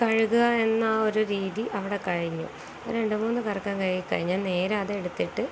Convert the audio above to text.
കഴുകുക എന്ന ആ ഒരു രീതി അവിടെ കഴിഞ്ഞു രണ്ടുമൂന്നു കറക്കം കറങ്ങിക്കഴിഞ്ഞാല് നേരെ അതെടുത്തിട്ട്